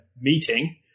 meeting